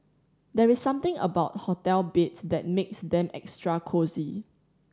there is something about hotel beds that makes them extra cosy